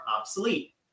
obsolete